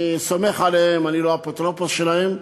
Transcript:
אני סומך עליהם, אני לא האפוטרופוס שלהם,